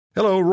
Hello